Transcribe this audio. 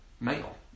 male